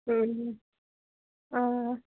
آ